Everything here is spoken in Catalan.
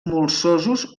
molsosos